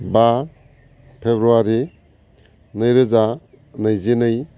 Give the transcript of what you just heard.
बा फेब्रुवारि नैरोजा नैजिनै